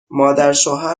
مادرشوهر